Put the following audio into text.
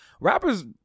rappers